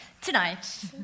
tonight